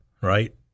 right